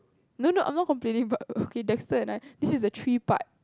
no no I'm not complaining but okay Dexter and I this is a three part